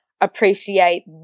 appreciate